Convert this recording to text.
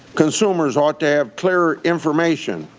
consumers ought to have clear information,